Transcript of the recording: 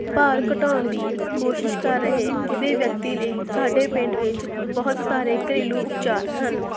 ਭਾਰ ਘਟਾਉਣ ਦੀ ਕੋਸ਼ਿਸ਼ ਕਰ ਰਹੇ ਕਿਸੇ ਵਿਅਕਤੀ ਲਈ ਸਾਡੇ ਪਿੰਡ ਵਿੱਚ ਬਹੁਤ ਸਾਰੇ ਘਰੇਲੂ ਉਪਚਾਰ ਹਨ